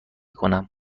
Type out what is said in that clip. کنم